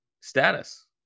Status